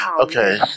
Okay